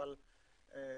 אני